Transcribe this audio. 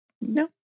No